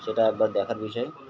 সেটা একবার দেখার বিষয়